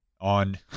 on